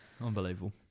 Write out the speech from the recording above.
Unbelievable